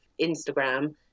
Instagram